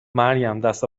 مریم، دست